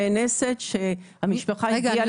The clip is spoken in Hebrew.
נאנסת שהמשפחה הגיעה לבג"צ.